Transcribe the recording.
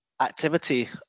activity